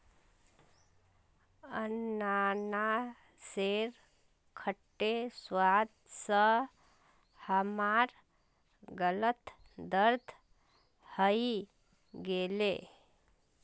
अनन्नासेर खट्टे स्वाद स हमार गालत दर्द हइ गेले